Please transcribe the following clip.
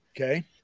okay